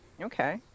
Okay